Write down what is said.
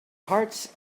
hearts